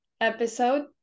episode